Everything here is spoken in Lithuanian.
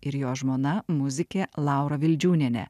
ir jo žmona muzikė laura vildžiūnienė